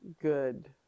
good